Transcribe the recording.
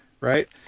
right